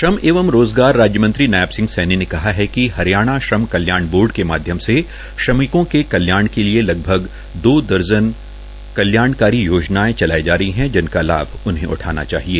श्रम एवं रोज़गार राज्य मंत्री नायब सिंह सेनी ने कहा है कि हरियाणा श्रम कल्याण बोर्ड के माध्यम से श्रमिकों के कल्याण के लिए लगभग दो दर्जन कल्याणकारी योजनाएं चलाई जा रही है जिनका लाभ उन्हें उठाना चाहिए